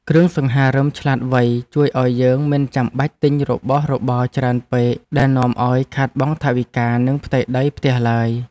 គ្រឿងសង្ហារិមឆ្លាតវៃជួយឱ្យយើងមិនចាំបាច់ទិញរបស់របរច្រើនពេកដែលនាំឱ្យខាតបង់ថវិកានិងផ្ទៃដីផ្ទះឡើយ។